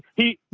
he,